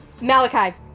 Malachi